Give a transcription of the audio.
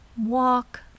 walk